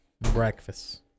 Breakfast